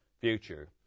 future